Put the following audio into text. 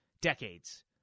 decades